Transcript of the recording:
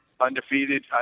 undefeated